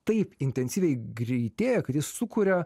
taip intensyviai greitėja kad jis sukuria